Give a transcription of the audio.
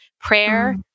Prayer